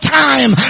time